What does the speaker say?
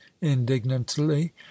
indignantly